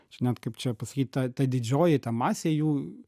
čia net kaip čia pasakyt ta ta didžioji ta masė jų